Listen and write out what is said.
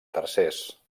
tercers